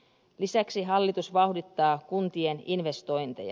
lisäksi hallitus vauhdittaa kuntien investointeja